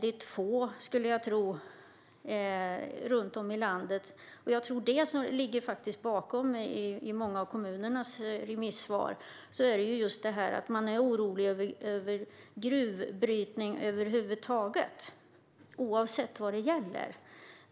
I många av kommunernas remissvar ligger att man är orolig över gruvbrytning över huvud taget oavsett vad det gäller.